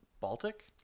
baltic